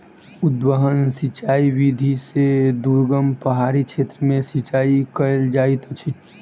उद्वहन सिचाई विधि से दुर्गम पहाड़ी क्षेत्र में सिचाई कयल जाइत अछि